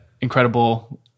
incredible